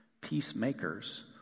peacemakers